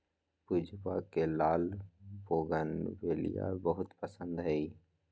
पूजवा के लाल बोगनवेलिया बहुत पसंद हई